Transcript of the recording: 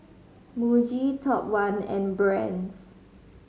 Muji Top One and Brand's